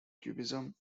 cubism